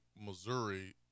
Missouri